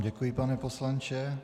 Děkuji vám, pane poslanče.